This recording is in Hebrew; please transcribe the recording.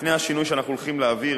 לפני השינוי שאנחנו הולכים להעביר,